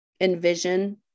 envision